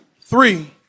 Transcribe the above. Three